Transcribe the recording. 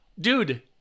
dude